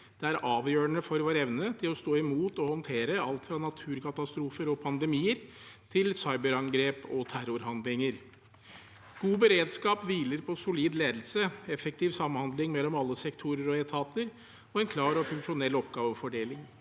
det er avgjørende for vår evne til å stå imot og håndtere alt fra naturkatastrofer og pandemier til cyberangrep og terrorhandlinger. God beredskap hviler på solid ledelse, effektiv samhandling mellom alle sektorer og etater og en klar og funksjonell oppgavefordeling.